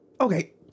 Okay